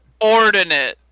Ordinate